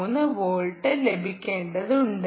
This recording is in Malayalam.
3 വോൾട്ട് ലഭിക്കേണ്ടതുണ്ട്